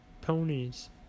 ponies